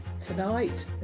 tonight